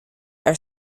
are